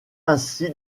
ainsi